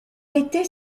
était